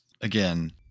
again